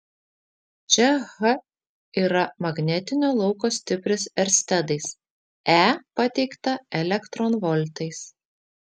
čia h yra magnetinio lauko stipris erstedais e pateikta elektronvoltais